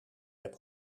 heb